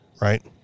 right